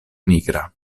nigra